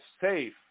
safe